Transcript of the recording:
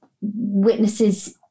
witnesses